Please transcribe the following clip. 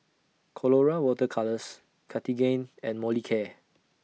Colora Water Colours Cartigain and Molicare